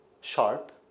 sharp